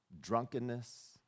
drunkenness